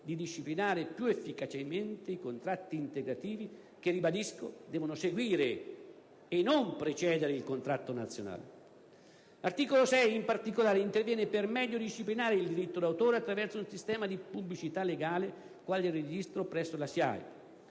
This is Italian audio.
di disciplinare più efficacemente i contratti integrativi che, ribadisco, devono seguire e non precedere il contratto nazionale. L'articolo 6, in particolare, interviene per meglio disciplinare il diritto d'autore attraverso un sistema di pubblicità legale quale il registro presso la SIAE